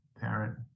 parent